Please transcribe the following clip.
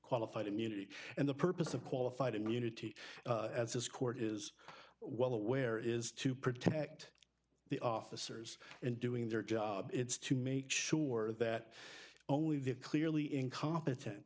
qualified immunity and the purpose of qualified immunity as this court is well aware is to protect the officers and doing their job it's to make sure that only the clearly incompetent